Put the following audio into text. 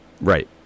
Right